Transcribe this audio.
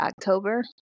October